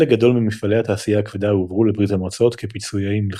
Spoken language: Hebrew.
אך חלק גדול ממפעלי התעשייה הכבדה הועברו לברית המועצות כפיצויי מלחמה.